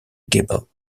gable